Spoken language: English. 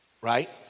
right